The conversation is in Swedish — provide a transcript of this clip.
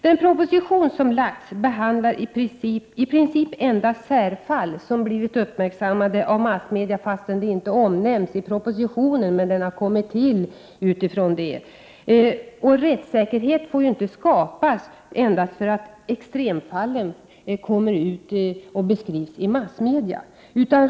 Den proposition som framlagts behandlar i princip endast särfall som blivit uppmärksammade av massmedia. Detta nämns inte i propositionen, men den har kommit till utifrån detta förhållande. Rättssäkerhet får inte skapas endast för att extremfallen beskrivs i massmedia.